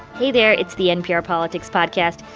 hey there. it's the npr politics podcast.